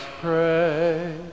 pray